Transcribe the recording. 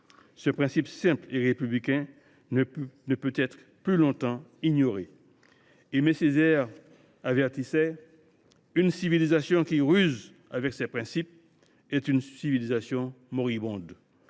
Ce principe simple et républicain ne peut être plus longtemps ignoré. Aimé Césaire nous a mis en garde :« Une civilisation qui ruse avec ses principes est une civilisation moribonde.